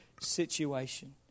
situation